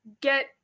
get